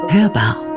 Hörbar